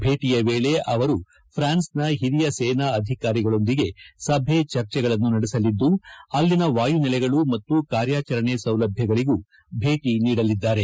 ಭೇಟಿಯ ವೇಳೆ ಅಮು ಪುನ್ಸನ ಒರಿಯ ಸೇನಾ ಅಧಿಕಾರಿಗಳೊಂದಿಗೆ ಸಭೆ ಚರ್ಚೆಗಳನ್ನು ನಡೆಸಲಿದ್ದು ಅಲ್ಲಿನ ವಾಯು ನೆಲೆಗಳು ಮತ್ತು ಕಾರ್ಯಾಚರಣೆ ಸೌಲಭ್ದಗಳಗೂ ಭೇಟ ನೀಡಲಿದ್ದಾರೆ